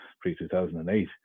pre-2008